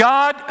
God